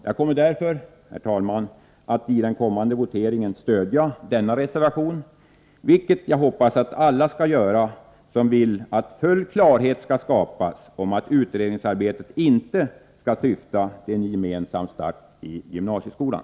Jag kommer därför, herr talman, att i den kommande voteringen stödja denna reservation, vilket jag hoppas alla skall göra som vill att full klarhet skall skapas om att utredningsarbetet inte skall syfta till en gemensam start i gymnasieskolan.